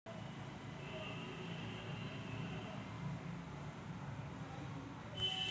प्राण्यांच्या दुधापासून बनविलेले दही विकून पशुधन तयार केले जाते